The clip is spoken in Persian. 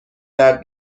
درد